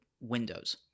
windows